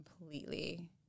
completely